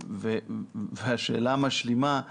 השאלה המשלימה היא